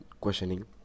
questioning